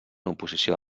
oposició